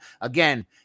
Again